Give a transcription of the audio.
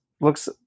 looks